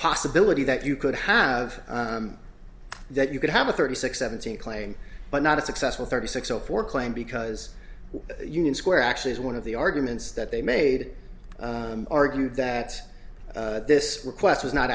possibility that you could have that you could have a thirty six seventeen claim but not a successful thirty six zero four claim because union square actually is one of the arguments that they made argued that this request was not